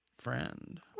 friend